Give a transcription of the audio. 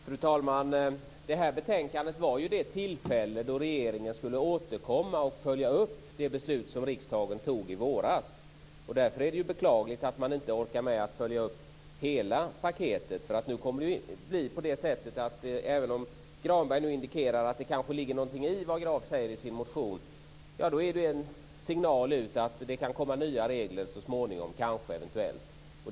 Fru talman! Detta betänkande var det tillfälle då regeringen skulle återkomma och följa upp det beslut riksdagen fattade i våras. Därför är det beklagligt att man inte orkar med att följa upp hela paketet. Även om Granberg nu indikerar att det kanske ligger någonting i vad Graf säger i sin motion är det en signal ut att det kan komma nya regler så småningom, kanske eller eventuellt.